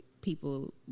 people